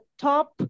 top